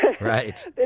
Right